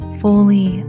fully